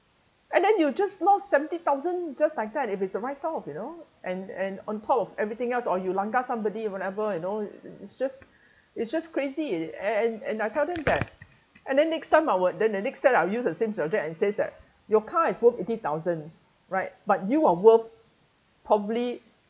and then you just lost seventy thousand just like that if it's a right of you know and and on top of everything else or you langgar somebody whatever you know it's just it's just crazy and and and I tell them that and then next time I will then the next time I'll use the same subject and says that your car is worth eighty thousand right but you are worth probably